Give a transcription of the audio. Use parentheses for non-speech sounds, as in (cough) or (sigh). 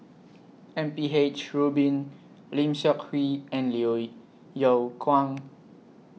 M P H Rubin Lim Seok Hui and (unintelligible) Yeow Kwang